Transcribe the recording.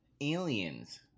aliens